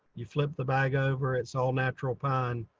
you flip the bag over, it's all natural pine,